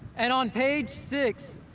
and on page six,